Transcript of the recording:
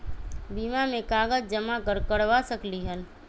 बीमा में कागज जमाकर करवा सकलीहल?